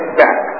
back